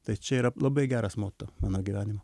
tai čia yra labai geras moto mano gyvenime